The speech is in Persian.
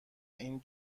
این